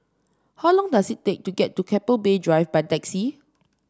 how long does it take to get to Keppel Bay Drive by taxi